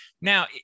Now